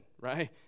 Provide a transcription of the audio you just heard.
right